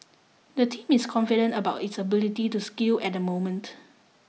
the team is confident about its ability to scale at the moment